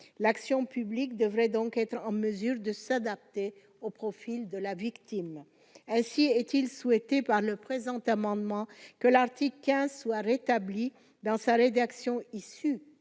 l'action publique devrait donc être en mesure de s'adapter au profil de la victime ainsi est-il souhaité par le présent amendement que l'Arctique soit rétabli dans sa rédaction issue